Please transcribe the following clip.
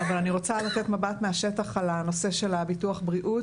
אבל אני רוצה לתת מבט מהשטח על הנושא של הביטוח בריאות.